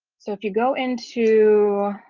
so if you go into